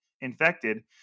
infected